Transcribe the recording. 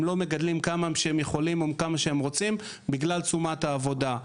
הם לא מגדלים כמה שהם יכולים או כמה שהם רוצים בגלל תשומת העבודה.